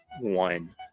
one